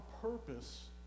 purpose